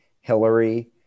Hillary